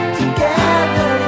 together